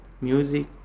music